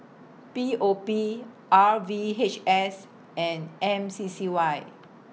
P O P R V H S and M C C Y